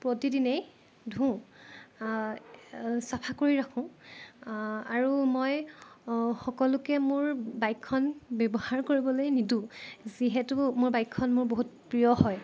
প্ৰতিদিনে ধুওঁ চাফা কৰি ৰাখোঁ আৰু মই সকলোকে মোৰ বাইকখন ব্যৱহাৰ কৰিবলৈ নিদোঁ যিহেতু মোৰ বাইকখন মোৰ বহুত প্ৰিয় হয়